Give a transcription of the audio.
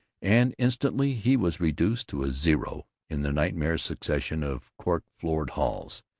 and instantly he was reduced to a zero in the nightmare succession of cork-floored halls,